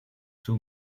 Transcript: two